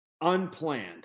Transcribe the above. unplanned